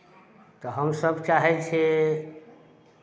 तऽ हमसभ चाहै छियै